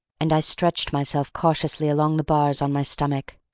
and i stretched myself cautiously along the bars on my stomach.